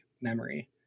memory